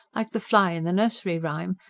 like the fly in the nursery rhyme,